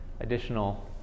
additional